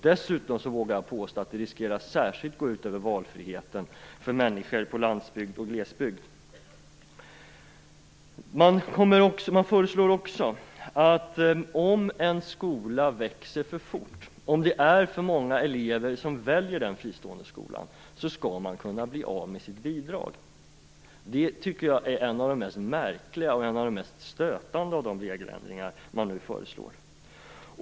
Dessutom vågar jag påstå att det riskerar att särskilt gå ut över valfriheten för människor på landsbygden och i glesbygd. Det föreslås också att om en skola växer för fort, om det är för många elever som väljer den fristående skolan, skall den kunna bli av med sitt bidrag. Det tycker jag är en av de mest märkliga och mest stötande av de föreslagna regeländringarna.